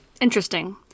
Interesting